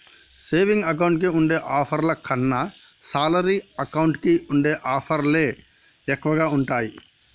saving account కి ఉండే ఆఫర్ల కన్నా శాలరీ అకౌంట్ కి ఉండే ఆఫర్లే ఎక్కువగా ఉంటాయి